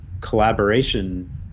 collaboration